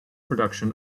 production